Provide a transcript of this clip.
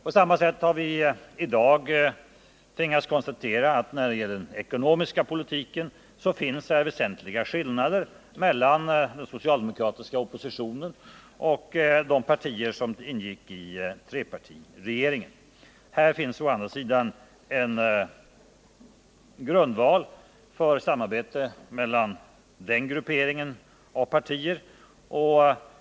På samma sätt har vi i dag tvingats konstatera att beträffande den ekonomiska politiken finns det väsentliga skillnader mellan den socialdemokratiska oppositionen och de partier som ingick i trepartiregeringen. I den senare grupperingen partier finns det å andra sidan här en grundval för samarbete.